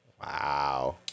Wow